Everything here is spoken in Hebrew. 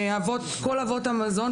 כל אבות המזון,